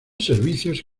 servicios